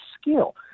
skill